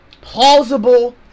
Plausible